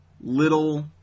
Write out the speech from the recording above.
little